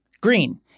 green